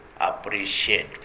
appreciate